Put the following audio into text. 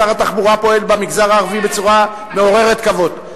שר התחבורה פועל במגזר הערבי בצורה מעוררת כבוד.